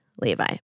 Levi